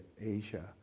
Asia